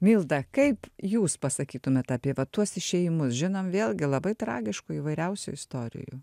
milda kaip jūs pasakytumėt apie vat tuos išėjimus žinom vėlgi labai tragiškų įvairiausių istorijų